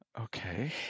Okay